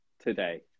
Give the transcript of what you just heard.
today